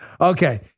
Okay